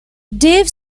dave